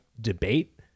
debate